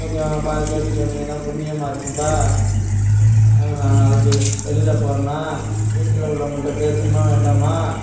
கொஞ்சம் ப்பா கேட்டு சொன்னீங்கன்னால் புண்ணியமாக இருக்கும்ப்பா நான் நாளைக்கு வெளியில் போறேனா வீட்டில உள்ளவங்கள்ட்ட பேசணுமா வேண்டாமா